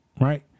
Right